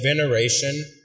veneration